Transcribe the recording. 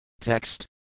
Text